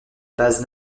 base